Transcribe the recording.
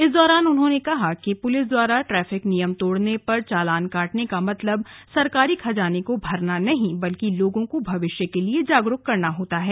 इस दौरान उन्होंने कहा कि पुलिस द्वारा ट्रैफिक नियम तोड़ने पर चालान काटने का मतलब सरकारी खजाने को भरना नही बल्कि लोगो को भविष्य के लिए जागरूक करना होता है